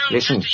Listen